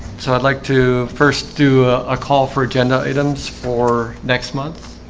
so i'd like to first do a call for agenda items for next month